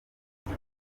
muri